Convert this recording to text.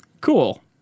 Cool